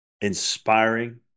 inspiring